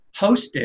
hosted